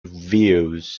views